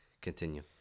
Continue